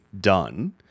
done